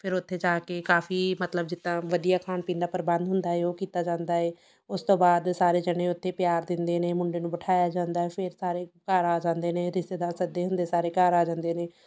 ਫਿਰ ਉੱਥੇ ਜਾ ਕੇ ਕਾਫੀ ਮਤਲਬ ਜਿੱਦਾਂ ਵਧੀਆ ਖਾਣ ਪੀਣ ਦਾ ਪ੍ਰਬੰਧ ਹੁੰਦਾ ਏ ਉਹ ਕੀਤਾ ਜਾਂਦਾ ਏ ਉਸ ਤੋਂ ਬਾਅਦ ਸਾਰੇ ਜਣੇ ਉੱਥੇ ਪਿਆਰ ਦਿੰਦੇ ਨੇ ਮੁੰਡੇ ਨੂੰ ਬਿਠਾਇਆ ਜਾਂਦਾ ਫਿਰ ਸਾਰੇ ਘਰ ਆ ਜਾਂਦੇ ਨੇ ਰਿਸ਼ਤੇਦਾਰ ਸੱਦੇ ਹੁੰਦੇ ਸਾਰੇ ਘਰ ਆ ਜਾਂਦੇ ਨੇ